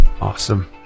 Awesome